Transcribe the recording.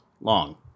long